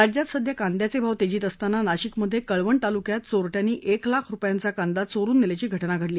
राज्यात सध्या कांदयाचे भाव तेजीत असताना नाशिकमध्ये कळवण तालुक्यात चोरट्यांनी एक लाख रूपयांचा कांदा चोरून नेल्याची घटना घडली